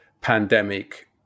pandemic